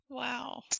wow